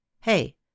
Hey